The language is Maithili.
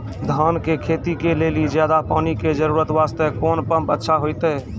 धान के खेती के लेली ज्यादा पानी के जरूरत वास्ते कोंन पम्प अच्छा होइते?